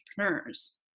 entrepreneurs